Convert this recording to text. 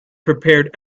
prepared